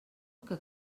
que